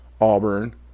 Auburn